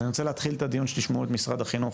אז אני רוצה להתחיל את הדיון עם משרד החינוך,